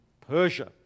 Persia